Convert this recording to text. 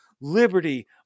liberty